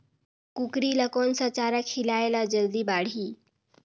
कूकरी ल कोन सा चारा खिलाय ल जल्दी बाड़ही?